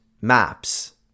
maps